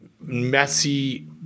messy